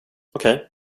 okej